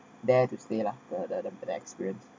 there to stay lah the the the experience